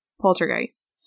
poltergeist